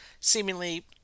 seemingly